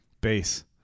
Bass